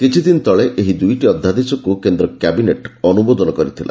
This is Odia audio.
କିଛି ଦିନ ତଳେ ଏହି ଦୁଇଟି ଅଧ୍ୟାଦେଶକୁ କେନ୍ଦ୍ର କ୍ୟାବିନେଟ୍ ଅନୁମୋଦନ କରିଥିଲା